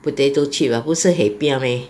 potato chip ah 不是 hei piar meh